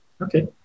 Okay